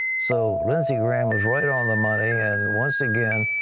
so lindsay graham was right on the money, and once again,